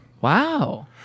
Wow